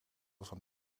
van